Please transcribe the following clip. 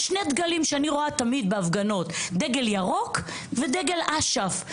יש שני דגלים אני רואה תמיד בהפגנות: דגל ירוק ודגל אש"ף.